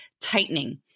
tightening